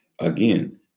Again